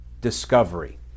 discovery